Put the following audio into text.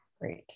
Great